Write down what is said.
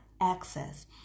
access